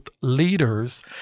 Leaders